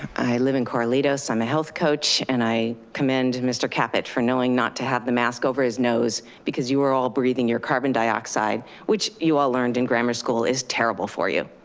i live in carlitos. i'm a health coach and i commend mr. for knowing not to have the mask over his nose, because you were all breathing your carbon dioxide, which you all learned in grammar school is terrible for you.